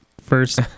First